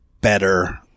better